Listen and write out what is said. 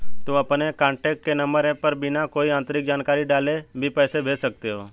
तुम अपने कॉन्टैक्ट के नंबर पर बिना कोई अतिरिक्त जानकारी डाले भी पैसे भेज सकते हो